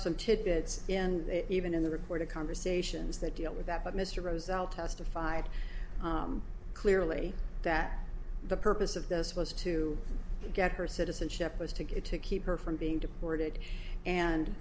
some tidbits and even in the recorded conversations that deal with that but mr roselle testified clearly that the purpose of those was to get her citizenship was to get to keep her from being deported and